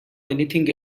anything